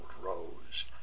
rose